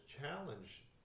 challenge